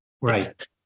Right